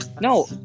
no